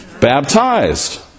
baptized